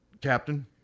Captain